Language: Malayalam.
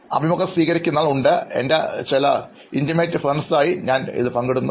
അഭിമുഖം സ്വീകരിക്കുന്നയാൾ ഉണ്ട് എൻറെ ആത്മ സുഹൃത്തുക്കളുമായി ഞാൻ പങ്കിടാറുണ്ട്